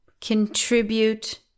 contribute